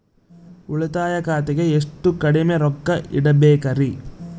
ಉಳಿತಾಯ ಖಾತೆಗೆ ಎಷ್ಟು ಕಡಿಮೆ ರೊಕ್ಕ ಇಡಬೇಕರಿ?